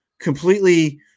completely